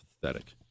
Pathetic